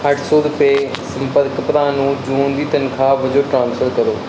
ਅੱਠ ਸੌ ਰੁਪਏ ਸੰਪਰਕ ਭਰਾ ਨੂੰ ਜੂਨ ਦੀ ਤਨਖਾਹ ਵਜੋਂ ਟ੍ਰਾਂਸਫਰ ਕਰੋ